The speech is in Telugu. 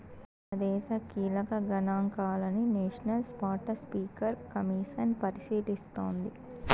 మనదేశ కీలక గనాంకాలని నేషనల్ స్పాటస్పీకర్ కమిసన్ పరిశీలిస్తోంది